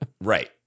Right